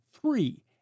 three